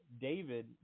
David